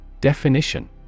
Definition